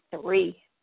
three